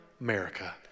America